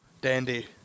Dandy